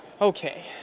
Okay